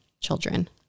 children